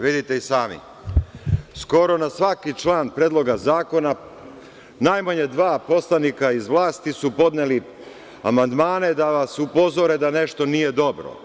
Vidite i sami, skoro na svaki član Predloga zakona najmanje dva poslanika iz vlasti su podneli amandmane da vas upozore da nešto nije dobro.